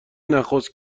نخست